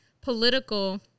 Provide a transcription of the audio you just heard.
political